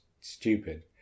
stupid